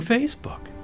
Facebook